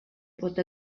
pot